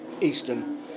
eastern